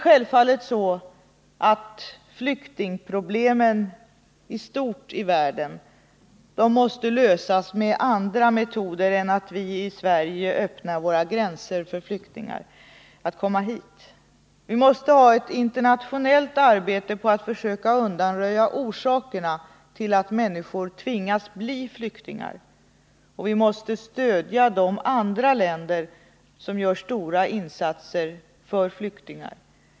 Världens flyktingproblem i stort måste självfallet lösas med andra metoder än genom att vi i Sverige öppnar våra gränser så att flyktingar kan komma hit. Vi måste arbeta internationellt för att försöka undanröja orsakerna till att människor tvingas bli flyktingar, och vi måste stödja de andra länder som gör stora insatser för flyktingar.